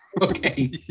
Okay